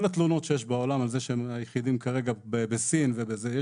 התלונות שיש בעולם על זה שהם היחידים כרגע בסין ובזה.